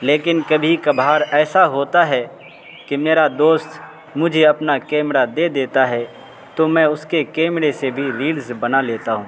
لیکن کبھی کبھار ایسا ہوتا ہے کہ میرا دوست مجھے اپنا کیمرہ دے دیتا ہے تو میں اس کے کیمرے سے بھی ریلز بنا لیتا ہوں